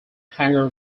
hanger